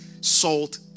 salt